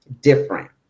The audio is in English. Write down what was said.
different